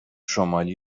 شمالی